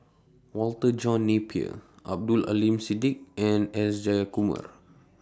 Walter John Napier Abdul Aleem Siddique and S Jayakumar